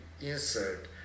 insert